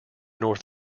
north